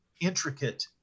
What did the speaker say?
intricate